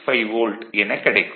65 volt எனக் கிடைக்கும்